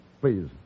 Please